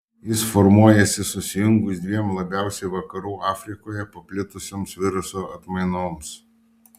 jis formuojasi susijungus dviem labiausiai vakarų afrikoje paplitusioms viruso atmainoms